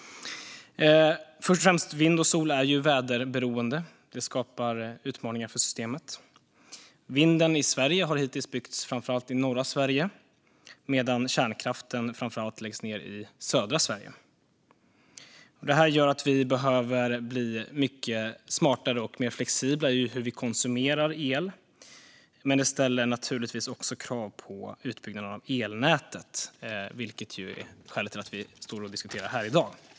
Först och främst är vindkraft och solkraft väderberoende. Det skapar utmaningar för systemet. Vindkraften i Sverige har hittills byggts framför allt i norra Sverige, medan kärnkraften framför allt läggs ned i södra Sverige. Detta gör att vi behöver bli mycket smartare och mer flexibla i hur vi konsumerar el. Men det ställer naturligtvis också krav på utbyggnaden av elnätet, vilket är skälet till att vi står här och diskuterar i dag.